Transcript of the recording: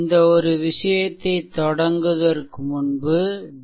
இந்த ஒரு விஷயத்தைத் தொடங்குவதற்கு முன்பு டி